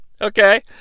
okay